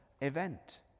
event